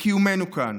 לקיומנו כאן.